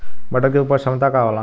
मटर के उपज क्षमता का होला?